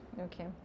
Okay